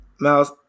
Mouse